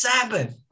Sabbath